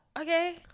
okay